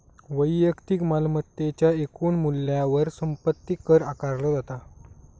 वैयक्तिक मालमत्तेच्या एकूण मूल्यावर संपत्ती कर आकारला जाता